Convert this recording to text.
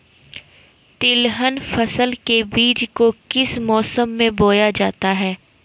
तिलहन फसल के बीज को किस मौसम में बोया जाता है?